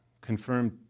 confirmed